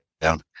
down